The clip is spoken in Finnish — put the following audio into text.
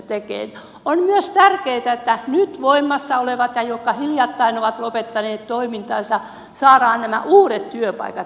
on myös tärkeätä että nyt voimassa olevat ja ne jotka hiljattain ovat lopettaneet toimintansa saadaan nämä uudet työpaikat järjestykseen